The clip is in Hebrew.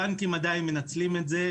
הבנקים עדיין מנצלים את זה,